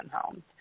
homes